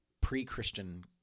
pre-Christian